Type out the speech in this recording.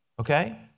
Okay